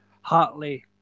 Hartley